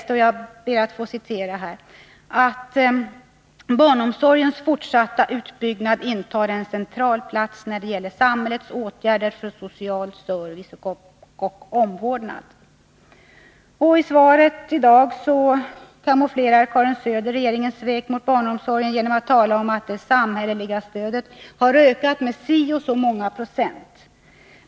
8 sägs det bl.a.: ”Barnomsorgens fortsatta utbyggnad intar en central plats när det gäller samhällets åtgärder för social service och omvårdnad.” I svaret i dag kamouflerar Karin Söder regeringens svek mot barnomsorgen genom att tala om att det samhälleliga stödet har ökat med si och så många procent.